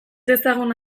dezagun